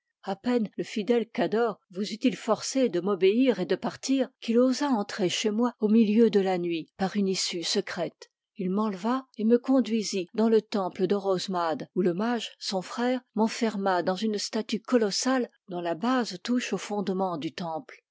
a peine le fidèle cador vous eut-il forcé de m'obéir et de partir qu'il osa entrer chez moi au milieu de la nuit par une issue secrète il m'enleva et me conduisit dans le temple d'orosmade où le mage son frère m'enferma dans une statue colossale dont la base touche aux fondements du temple